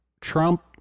Trump